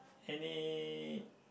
any